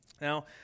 Now